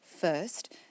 First